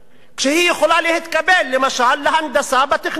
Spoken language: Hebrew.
כשהיא יכולה להתקבל למשל להנדסה בטכניון?